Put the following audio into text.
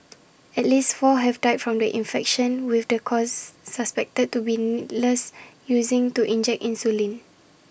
at least four have died from the infection with the cause suspected to be needles using to inject insulin